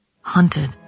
hunted